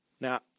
Now